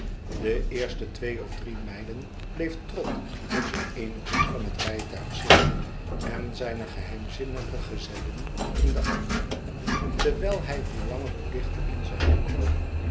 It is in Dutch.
de eerste twee of drie mijlen bleef trott in den eenen hoek van het rijtuig zitten en zijne geheimzinnige gezellin in den anderen terwijl hij hoe langer hoe dichter in zijn hoek kroop